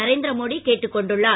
நரேந்திர மோடி கேட்டுக் கொண்டுள்ளார்